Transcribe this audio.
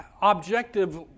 objective